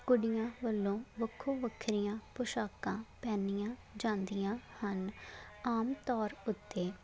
ਕੁੜੀਆਂ ਵੱਲੋਂ ਵੱਖੋ ਵੱਖਰੀਆਂ ਪੁਸ਼ਾਕਾਂ ਪਹਿਨੀਆਂ ਜਾਂਦੀਆਂ ਹਨ ਆਮ ਤੌਰ ਉੱਤੇ